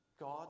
God